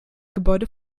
gebäude